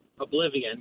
oblivion